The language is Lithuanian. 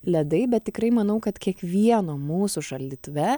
ledai bet tikrai manau kad kiekvieno mūsų šaldytuve